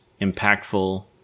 impactful